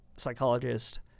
psychologist